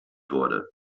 wurde